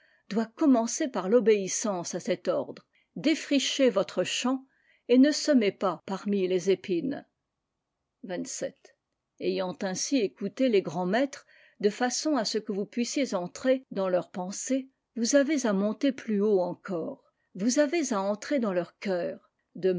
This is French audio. doit commencer par l'obéissance à cet ordre défrichezvotrechampe g he a s ht i les épines xvii ayant ainsi écouté les grands maîtres de façon à ce que vous puissiez entrer dans leur pensée vous avez à monter plus haut encore vous avez à entrer dans leur cœur de